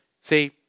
See